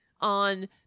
on